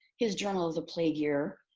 his journal of the plague year